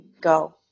go